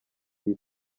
iyi